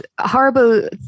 horrible